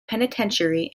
penitentiary